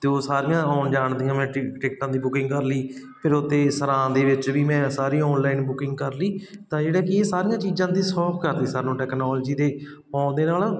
ਅਤੇ ਉਹ ਸਾਰੀਆਂ ਆਉਣ ਜਾਣ ਦੀਆਂ ਮੈਂ ਟਿਕ ਟਿਕਟਾਂ ਦੀ ਬੁਕਿੰਗ ਕਰ ਲਈ ਫਿਰ ਉੱਥੇ ਸਰਾਂ ਦੇ ਵਿੱਚ ਵੀ ਮੈਂ ਸਾਰੀਆਂ ਆਨਲਾਈਨ ਬੁਕਿੰਗ ਕਰ ਲਈ ਤਾਂ ਜਿਹੜਾ ਕਿ ਇਹ ਸਾਰੀਆਂ ਚੀਜ਼ਾਂ ਦੀ ਸੌਖ ਕਰ ਤੀ ਸਾਨੂੰ ਟੈਕਨੋਲਜੀ ਦੇ ਆਉਣ ਦੇ ਨਾਲ